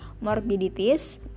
morbidities